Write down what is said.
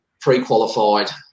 pre-qualified